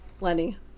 Lenny